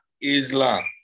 Islam